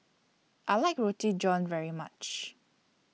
I like Roti John very much